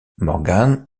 morgan